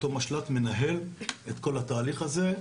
אותו משל"ט מנהל את כל התהליך הזה,